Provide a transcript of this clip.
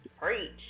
preach